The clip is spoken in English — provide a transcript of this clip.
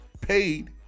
paid